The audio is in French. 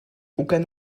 aucun